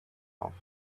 off